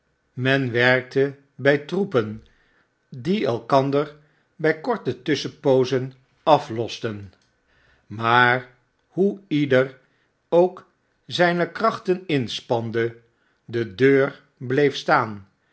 men werkte by troepen die elkander bij korte tusschenpoozen aflosten maar hoe ieder ook zijne krachten inspande de deur bleef staan